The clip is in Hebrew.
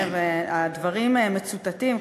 והדברים מצוטטים,